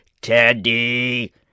teddy